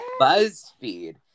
BuzzFeed